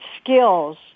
skills